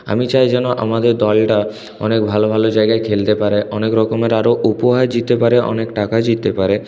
আমি চাই যেন আমাদের দলটা অনেক ভালো ভালো জায়গায় খেলতে পারে অনেক রকমের আরও উপহার জিততে পারে অনেক টাকা জিততে পারে